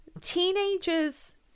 teenagers